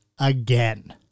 again